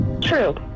True